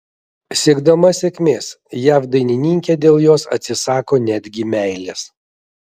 siekdama sėkmės jav dainininkė dėl jos atsisako netgi meilės